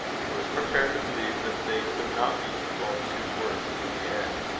he was prepared to believe that they could not be going to worse in the end,